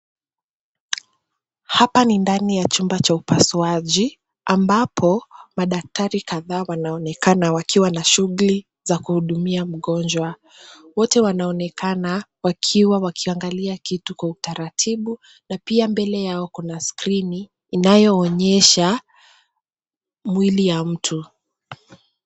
Hapa ni ndani ya chumba cha upasuaji ambapo madaktari kadhaa wanaonekana wakiwa na shughli za kuhudimia mgonjwa. Wote wanaonekana wakiwa wakiangalia kitu kwa utaratibu, na pia mbele yao kuna skrini inayoonyesha mwili ya mtu.